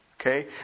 okay